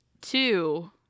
Two